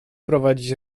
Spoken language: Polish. prowadzić